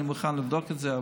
אני מוכן לבדוק את זה,